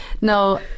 No